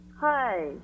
Hi